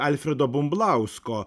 alfredo bumblausko